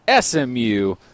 SMU